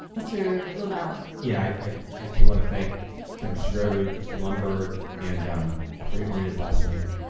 mr. lavalley. yeah i ah too want to thank thank mr. gregory, mr. lundberg, and um i forget maria's last name.